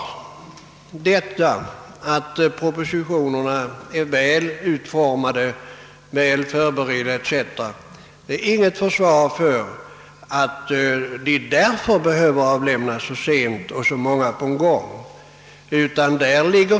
Att propositionerna är väl utformade och förberedda etc. är emellertid inte något försvar för att de avlämnas så sent och så många på en gång.